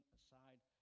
aside